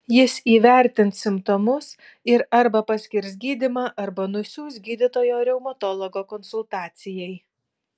jis įvertins simptomus ir arba paskirs gydymą arba nusiųs gydytojo reumatologo konsultacijai